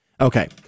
okay